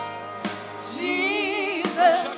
Jesus